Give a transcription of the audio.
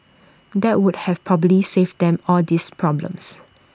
that would have probably saved them all these problems